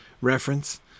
reference